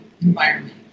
environment